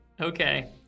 Okay